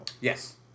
Yes